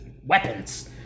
weapons